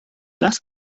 das